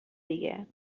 دیگه